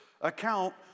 account